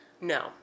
No